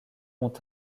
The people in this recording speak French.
ont